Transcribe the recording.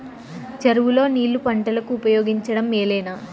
చెరువు లో నీళ్లు పంటలకు ఉపయోగించడం మేలేనా?